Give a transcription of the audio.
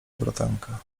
bratanka